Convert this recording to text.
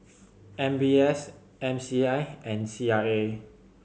M B S M C I and C R A